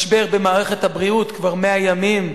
משבר במערכת הבריאות כבר 100 ימים,